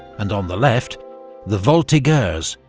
and on the left the voltigeurs,